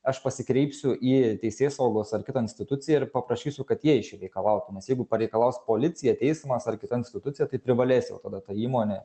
aš pasikreipsiu į teisėsaugos ar kitą instituciją ir paprašysiu kad jie išreikalautų nes jeigu pareikalaus policija teismas ar kita institucija tai privalės jau tada ta įmonė